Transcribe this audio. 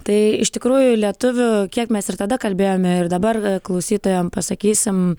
tai iš tikrųjų lietuvių kiek mes ir tada kalbėjome ir dabar klausytojam pasakysim